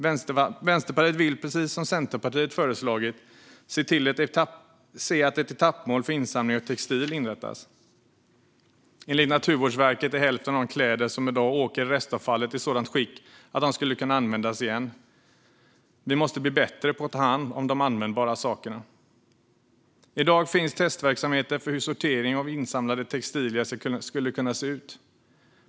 Vänsterpartiet vill, precis som Centerpartiet har föreslagit, se att ett etappmål för insamling av textil inrättas. Enligt Naturvårdsverket är hälften av de kläder som i dag åker i restavfallet i sådant skick att de skulle kunna användas igen. Vi måste bli bättre på att ta hand om de användbara sakerna. I dag finns testverksamheter för hur sortering av insamlade textilier skulle kunna se ut.